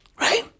Right